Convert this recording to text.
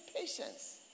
patience